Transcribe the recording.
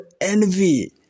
envy